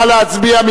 נא להצביע.